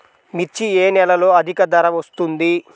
మిర్చి ఏ నెలలో అధిక ధర వస్తుంది?